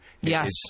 Yes